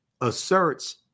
asserts